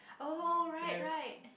oh right right